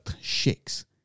shakes